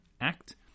act